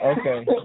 Okay